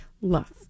love